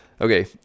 Okay